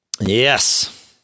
Yes